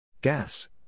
Gas